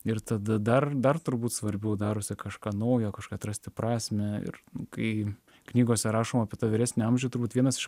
ir tada dar dar turbūt svarbiau darosi kažką naujo kažką atrasti prasmę ir kai knygose rašoma apie tą vyresnį amžių turbūt vienas iš